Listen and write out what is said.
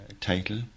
title